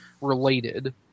related